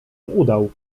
udał